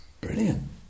Brilliant